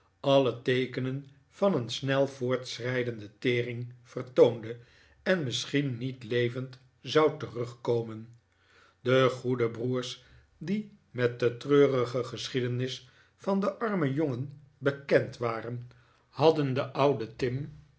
alle teekenen van een snel voortschrijdende tering vertoonde en misschien niet levend zou terugkomen de goede broers die met de treurige geschiedenis van den armen jongen bekend waren hadden den ouden tim